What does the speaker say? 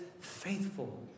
faithful